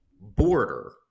border